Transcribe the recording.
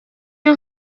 iyo